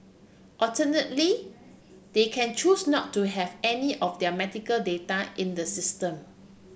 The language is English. alternately they can choose not to have any of their medical data in the system